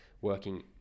working